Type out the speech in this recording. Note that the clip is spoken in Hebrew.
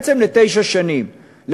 בעצם לתשע שנים,